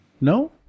No